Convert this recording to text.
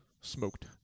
smoked